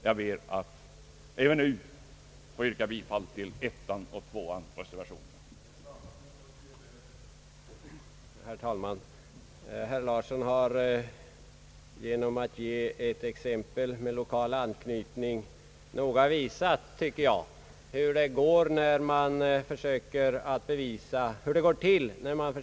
Jag ber att även nu få yrka bifall till reservationerna 1 och 2.